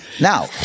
Now